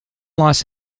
los